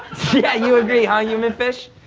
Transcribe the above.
yeah, you agree, huh, human fish?